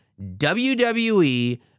WWE